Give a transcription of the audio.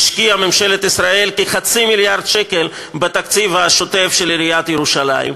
השקיעה ממשלת ישראל כחצי מיליארד שקל בתקציב השוטף של עיריית ירושלים,